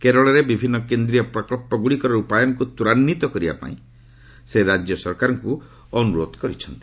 କେରଳରେ ବିଭିନ୍ନ କେନ୍ଦ୍ରୀୟ ପ୍ରକନ୍ଧଗୁଡ଼ିକର ରୂପାୟନକୁ ତ୍ୱରାନ୍ୱିତ କରିବା ପାଇଁ ସେ ରାଜ୍ୟସରକାରଙ୍କୁ ଅନୁରୋଧ କରିଛନ୍ତି